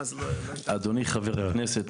אדוני חבר הכנסת,